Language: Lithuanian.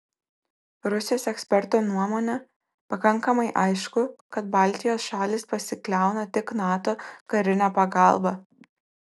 rusijos eksperto nuomone pakankamai aišku kad baltijos šalys pasikliauna tik nato karine pagalba